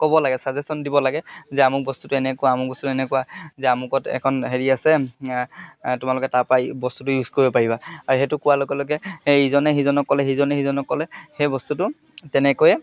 ক'ব লাগে ছাজেশ্যন দিব লাগে যে আমুক বস্তুটো এনেকুৱা আমুক বস্তু এনেকুৱা যে আমুকত এখন হেৰি আছে তোমালোকে তাৰপৰা বস্তুটো ইউজ কৰিব পাৰিবা আৰু সেইটো কোৱাৰ লগে লগে ইজনে সিজনক ক'লে সিজনে সিজনক ক'লে সেই বস্তুটো তেনেকৈয়ে